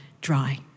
dry